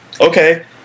Okay